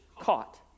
caught